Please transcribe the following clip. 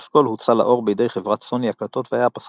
הפסקול הוצא לאור בידי חברת סוני הקלטות והיה הפסקול